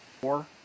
Four